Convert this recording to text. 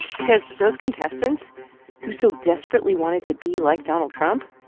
because those contestants who so desperately wanted to be like donald trump,